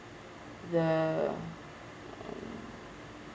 the um